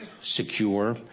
secure